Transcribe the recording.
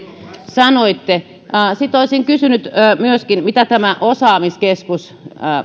sanoitte sitten olisin kysynyt myöskin mitä tämä osaamiskeskus